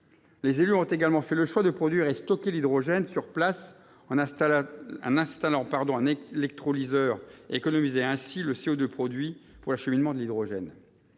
Les élus ont également fait le choix de produire et de stocker l'hydrogène sur place en installant un électrolyseur, économisant ainsi le CO2 produit pour l'acheminement de l'hydrogène.